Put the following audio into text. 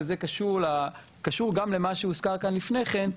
וזה קשור גם למה שהוזכר כאן לפני כן,